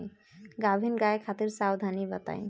गाभिन गाय खातिर सावधानी बताई?